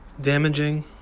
damaging